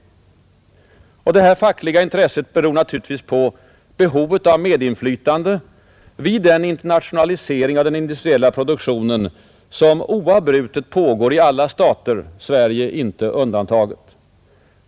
Det fackliga intresset beror naturligtvis på behovet av medinflytande vid den internationalisering av den industriella produktionen som oavbrutet pågår i alla stater, Sverige inte undantaget.